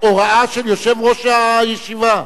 הוראה של יושב-ראש הישיבה.